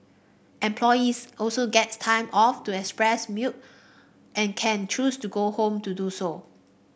employees also get time off to express milk and can choose to go home to do so